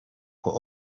but